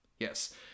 Yes